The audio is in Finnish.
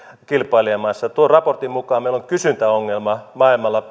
kilpailijamaissa tuon raportin mukaan meillä on kysyntäongelma maailmalla